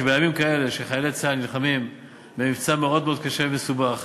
לא חייב לכם הסבר.